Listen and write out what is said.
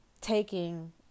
taking